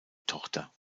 tochter